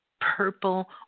purple